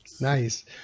nice